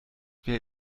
wer